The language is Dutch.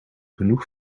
genoeg